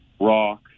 rock